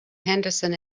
henderson